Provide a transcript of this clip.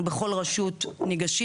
אנחנו בכל רשות ניגשים.